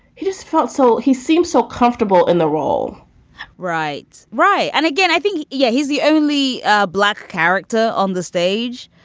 he just felt so he seems so comfortable in the role right. right. and again, i think, yeah, he's the only black character on the stage.